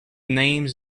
names